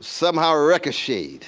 somehow ricocheted